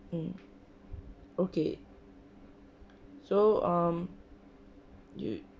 mm okay so um you